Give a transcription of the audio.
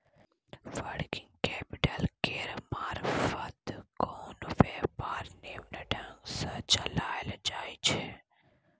working capital केर मारफत कोनो व्यापार निम्मन ढंग सँ चलाएल जाइ छै